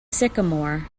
sycamore